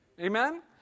Amen